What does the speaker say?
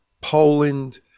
Poland